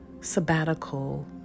sabbatical